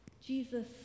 Jesus